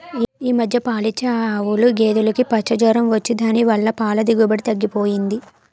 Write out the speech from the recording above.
ఈ మధ్య పాలిచ్చే ఆవులు, గేదులుకి పచ్చ జొరం వచ్చి దాని వల్ల పాల దిగుబడి తగ్గిపోయింది